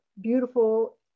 beautiful